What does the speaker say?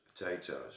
Potatoes